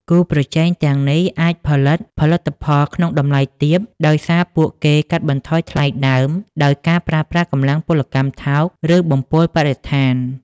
គូប្រជែងទាំងនេះអាចផលិត ផលិតផលក្នុងតម្លៃទាបដោយសារពួកគេកាត់បន្ថយថ្លៃដើមដោយការប្រើប្រាស់កម្លាំងពលកម្មថោក ឬបំពុលបរិស្ថាន។